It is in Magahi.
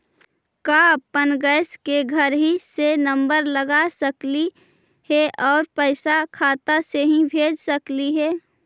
का अपन गैस के घरही से नम्बर लगा सकली हे और पैसा खाता से ही भेज सकली हे?